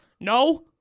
no